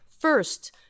first